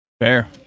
Fair